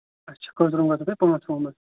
اَچھا کٔژ روٗم ووٚنوٕ تۅہہِ پانٛژ روٗم حظ